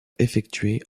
effectué